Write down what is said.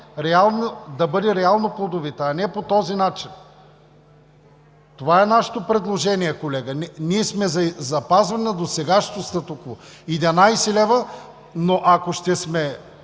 да бъде реално плодовита, а не по този начин. Това е нашето предложение, колега. Ние сме за запазване на досегашното статукво – 11 лв., но ако ще